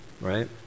right